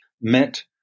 met